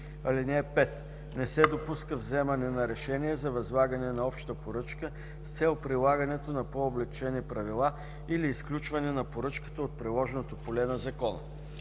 (5) Не се допуска вземане на решение за възлагане на обща поръчка с цел прилагането на по-облекчени правила или изключване на поръчката от приложното поле на Закона.